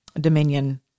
Dominion